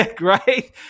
right